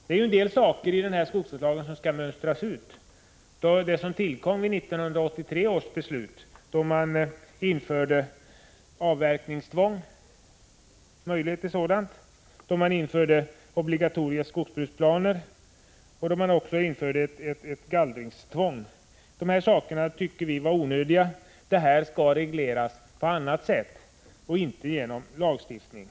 Vissa bestämmelser måste dessutom mönstras ut bland dem som tillkom vid 1983 års beslut, då man införde möjlighet till avverkningstvång, obligatoriska skogsbruksplaner och även ett gallringstvång. Dessa bestämmelser tyckte vi var onödiga. Sådana saker skall regleras på annat sätt än genom lagstiftning.